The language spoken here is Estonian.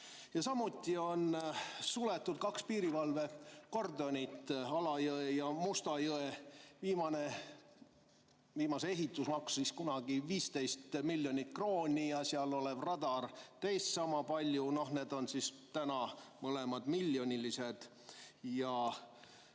Samuti on suletud kaks piirivalvekordonit: Alajõe ja Mustajõe. Viimase ehitus maksis kunagi 15 miljonit krooni ja seal olev radar teist sama palju. Need on täna siis mõlemad miljonilise